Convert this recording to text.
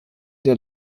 der